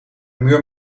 muur